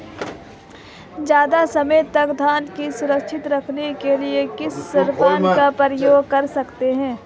ज़्यादा समय तक धान को सुरक्षित रखने के लिए किस स्प्रे का प्रयोग कर सकते हैं?